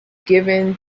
given